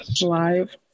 live